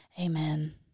Amen